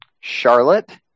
Charlotte